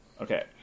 Okay